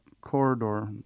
corridor